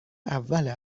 اول